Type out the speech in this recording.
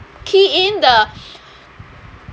key in the